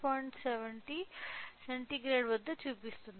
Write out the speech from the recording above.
70 centigrade వద్ద చూపిస్తోంది